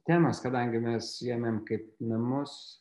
temos kadangi mes ėmėm kaip namus